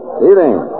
Evening